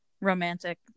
romantic